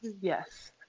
yes